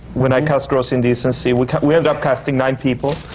when i cast gross indecency, we we ended up casting nine people.